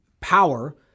power